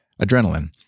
adrenaline